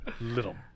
Little